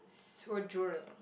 so droll